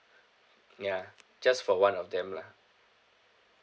ya just for one of them lah